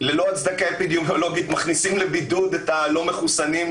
ללא הצדקה אפידמיולוגית מכניסים לבידוד את הלא מחוסנים,